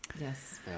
Yes